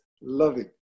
loving